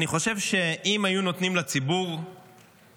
אני חושב שאם היו נותנים לציבור הכללי,